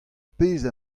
pezh